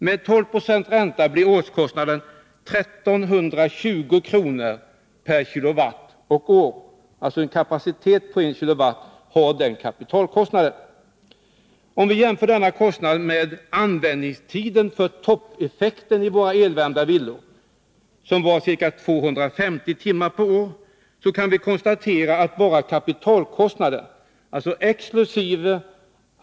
Med 12 90 ränta blir årskostnaden 1 320 kr. per kW och år, dvs. en kapacitet på I kW har den kapitalkostnaden. Om vi jämför denna kostnad med användningstiden för toppeffekten i våra elvärmda villor, som var ca 250 timmar per år, så kan vi konstatera att bara kapitalkostnaden, exkl.